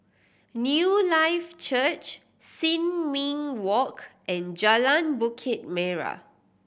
Newlife Church Sin Ming Walk and Jalan Bukit Merah